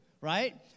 right